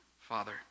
Father